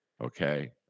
Okay